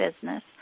business